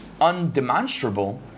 undemonstrable